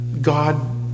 God